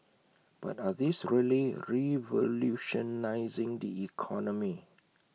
but are these really revolutionising the economy